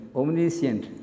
omniscient